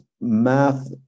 math